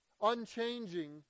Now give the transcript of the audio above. unchanging